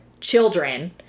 children